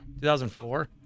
2004